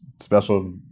special